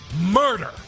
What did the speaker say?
murder